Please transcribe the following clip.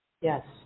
Yes